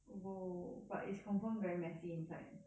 !whoa! but it's confirm very messy inside